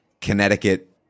Connecticut